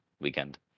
weekend